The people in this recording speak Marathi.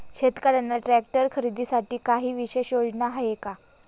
शेतकऱ्यांना ट्रॅक्टर खरीदीसाठी काही विशेष योजना आहे का?